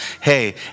hey